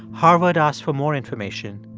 harvard asked for more information,